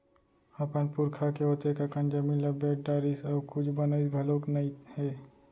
अपन पुरखा के ओतेक अकन जमीन ल बेच डारिस अउ कुछ बनइस घलोक नइ हे